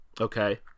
Okay